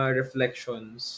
reflections